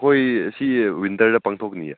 ꯍꯣꯏ ꯁꯤ ꯋꯤꯟꯇꯔꯗ ꯄꯥꯡꯊꯣꯛꯀꯅꯤꯌꯦ